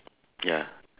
ya